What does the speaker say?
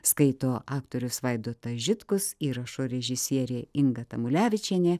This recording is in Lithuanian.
skaito aktorius vaidotas žitkus įrašo režisierė inga tamulevičienė